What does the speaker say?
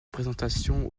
présentation